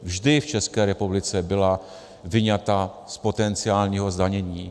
Vždy v České republice byla vyňata z potenciálního zdanění.